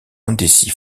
indécis